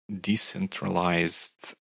decentralized